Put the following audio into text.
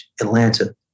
Atlanta